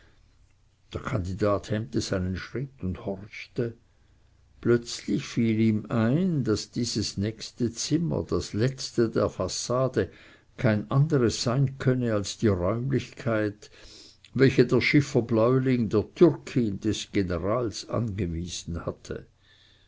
der kandidat hemmte seinen schritt und horchte plötzlich fiel ihm ein daß dieses nächste zimmer das letzte der fassade kein anderes sein könne als die räumlichkeit welche der schiffer bläuling der türkin des generals angewiesen hatte